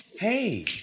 Hey